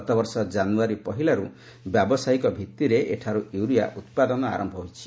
ଗତବର୍ଷ ଜାନୁୟାରୀ ପହିଲାରୁ ବ୍ୟାବସାୟିକ ଭିଭିରେ ଏଠାରୁ ୟୁରିଆ ଉତ୍ପାଦନ ଆରମ୍ଭ ହୋଇଛି